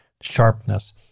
sharpness